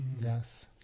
Yes